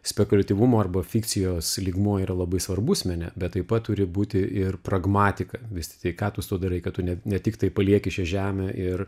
spekuliatyvumo arba fikcijos lygmuo yra labai svarbus mene bet taip pat turi būti ir pragmatika visi tik tai ką tu su tuo darai kad tu net ne tiktai palieki šią žemę ir